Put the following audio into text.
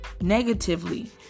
negatively